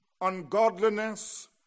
ungodliness